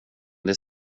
det